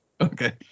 Okay